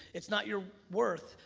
it's not your worth.